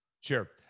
Sure